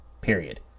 Period